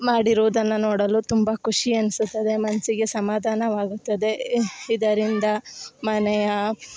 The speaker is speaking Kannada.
ಮಾಡಿರೋದನ್ನು ನೋಡಲು ತುಂಬ ಖುಷಿ ಅನ್ಸುತ್ತದೆ ಮನ್ಸಿಗೆ ಸಮಾಧಾನವಾಗುತ್ತದೆ ಇದರಿಂದ ಮನೆಯ